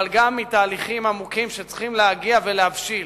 אבל גם מתהליכים עמוקים, שצריכים להגיע ולהבשיל.